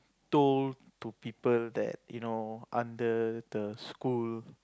told to people that you know under the school